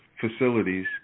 facilities